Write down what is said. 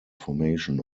formation